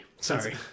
sorry